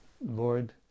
Lord